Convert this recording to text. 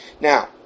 Now